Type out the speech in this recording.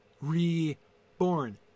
Reborn